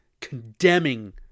condemning